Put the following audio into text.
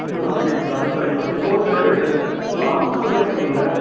ம் அப்படிங்களா சரிங்க மேடம் இப்போது இந்த லா புக்ஸெல்லாம் இருக்குதுங்க இல்லையா